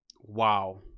wow